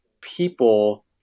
people